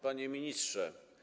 Panie Ministrze!